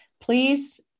please